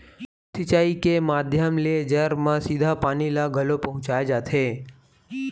सूक्ष्म सिचई के माधियम ले जर म सीधा पानी ल घलोक पहुँचाय जाथे